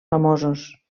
famosos